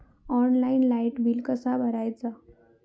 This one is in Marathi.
ऑनलाइन लाईट बिल कसा भरायचा?